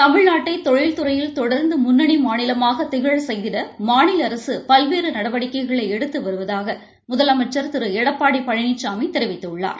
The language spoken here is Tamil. தமிழ்நாட்டை தொழில் துறையில் தொடர்ந்து முன்னணி மாநிலமாக திகழ செய்திட மாநில அரசு பல்வேறு நடவடிக்கைகளை எடுத்து வருவதாக முதலமைச்சர் திரு எடப்பாடி பழனிசாமி தெரிவித்துள்ளார்